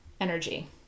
energy